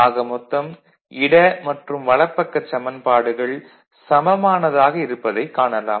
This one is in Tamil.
ஆக மொத்தம் இட மற்றும் வலப் பக்கச் சமன்பாடுகள் சமமானதாக இருப்பதைக் காணலாம்